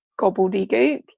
gobbledygook